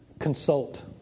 consult